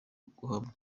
guhamya